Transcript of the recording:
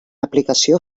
aplicació